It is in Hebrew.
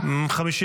לא נתקבלה.